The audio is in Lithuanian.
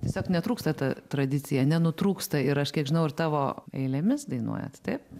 tiesiog netrūksta ta tradicija nenutrūksta ir aš kiek žinau ir tavo eilėmis dainuojat taip